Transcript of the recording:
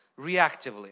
reactively